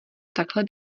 takhle